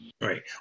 Right